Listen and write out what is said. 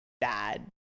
bad